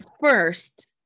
first